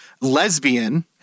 lesbian